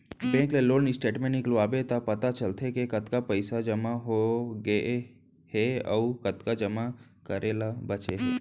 bank ले loan statement निकलवाबे त पता चलथे के कतका पइसा जमा हो गए हे अउ कतका जमा करे ल बांचे हे